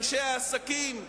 אנשי העסקים,